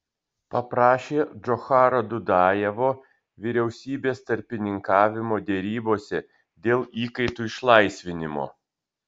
paprašė džocharo dudajevo vyriausybės tarpininkavimo derybose dėl įkaitų išlaisvinimo